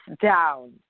down